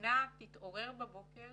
המדינה תתעורר בבוקר